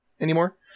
anymore